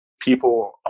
people